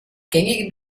gängigen